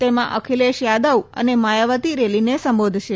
તેમાં અખિલેશ યાદવ અને માયાવતી રેલીને સંબોધશે